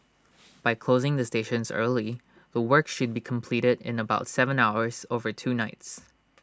by closing the stations early the work should be completed in about Seven hours over two nights